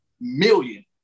million